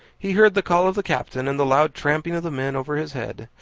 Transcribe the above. he heard the call of the captain, and the loud trampling of the men over his head,